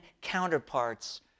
counterparts